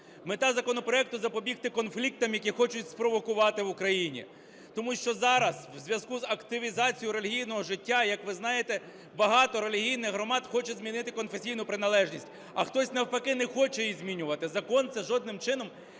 мета законопроекту – запобігти конфліктам, які хочуть спровокувати в Україні. Тому що зараз у зв'язку з активізацією релігійного життя, як ви знаєте, багато релігійних громад хоче змінити конфесійну приналежність, а хтось навпаки не хоче її змінювати. Закон це жодним чином